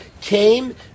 came